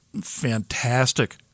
fantastic